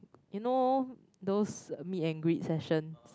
you know those me angry section